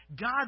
God